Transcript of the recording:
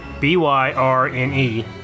B-Y-R-N-E